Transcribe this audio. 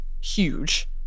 huge